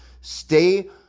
Stay